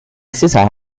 estesa